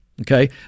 Okay